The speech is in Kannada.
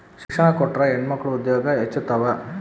ಶಿಕ್ಷಣ ಕೊಟ್ರ ಹೆಣ್ಮಕ್ಳು ಉದ್ಯೋಗ ಹೆಚ್ಚುತಾವ